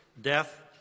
death